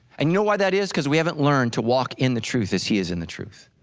and you know why that is cause we haven't learned to walk in the truth as he is in the truth.